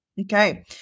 Okay